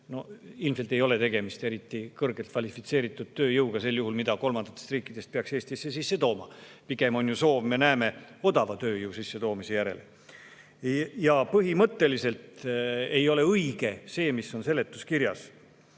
siis ilmselt ei ole tegemist eriti kõrgelt kvalifitseeritud tööjõuga, keda kolmandatest riikidest peaks Eestisse sisse tooma. Pigem on ju soov, me näeme seda, odavat tööjõudu sisse tuua. Põhimõtteliselt ei ole õige see, mis on seletuskirjas,